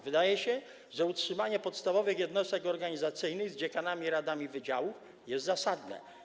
Wydaje się, że utrzymanie podstawowych jednostek organizacyjnych z dziekanami i radami wydziałów jest zasadne.